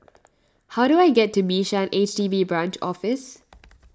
how do I get to Bishan H D B Branch Office